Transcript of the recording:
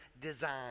design